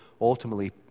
ultimately